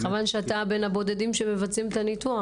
מכיוון שאתה אחד הבודדים שמבצעים את הניתוח,